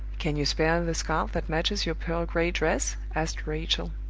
can you spare the scarf that matches your pearl gray dress? asked rachel.